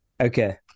Okay